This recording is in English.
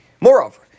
Moreover